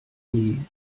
nie